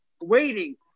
waiting